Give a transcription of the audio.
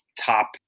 top